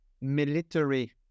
military